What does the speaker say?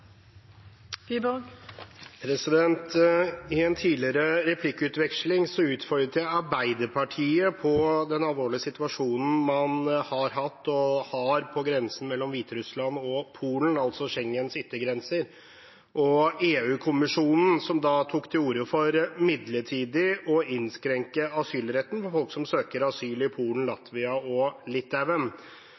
I en tidligere replikkveksling utfordret jeg Arbeiderpartiet på den alvorlige situasjonen man har hatt og har på grensen mellom Hviterussland og Polen, altså Schengens yttergrense, og på at EU-kommisjonen tok til orde for midlertidig å innskrenke asylretten for folk som søker asyl i Polen, Latvia og Litauen.